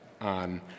on